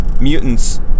mutants